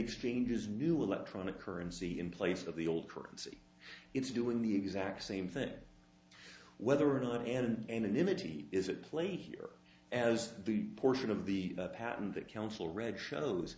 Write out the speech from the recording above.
exchange is new electronic currency in place of the old currency it's doing the exact same thing whether or not and imagery is at play here as the portion of the patent that counsel read shows